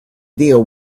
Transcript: deal